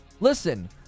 Listen